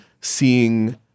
seeing